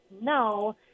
No